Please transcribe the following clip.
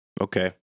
Okay